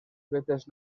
veces